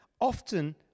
Often